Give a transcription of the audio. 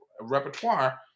repertoire